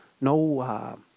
no